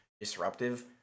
disruptive